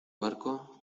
barco